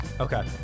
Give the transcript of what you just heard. Okay